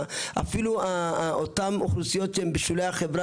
אפילו אותם אוכלוסיות שהם בשולי החברה